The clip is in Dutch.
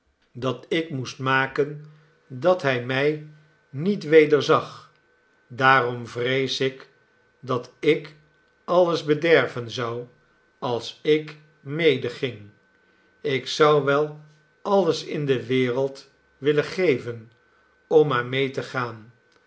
dat ik moest maken dat hij mij niet wederzag daarom vrees ik dat ik alles bederven zou als ik medeging ik zou wel alles in de wereld willen geven om maar mee te gaan